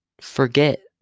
forget